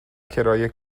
کرایه